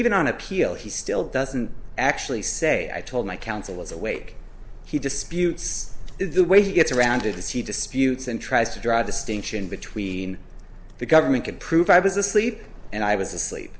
even on appeal he still doesn't actually say i told my counsel is awake he disputes the way he gets around it is he disputes and tries to draw distinction between the government could prove i was asleep and i was asleep